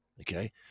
Okay